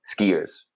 skiers